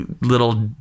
little